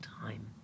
time